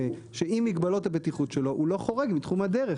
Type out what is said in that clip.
שעם מגבלות הבטיחות שלו הוא לא חורג מתחום הדרך,